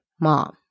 mom